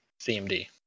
CMD